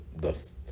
dust